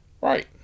Right